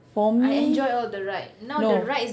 for me no